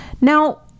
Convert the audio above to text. Now